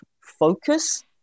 focus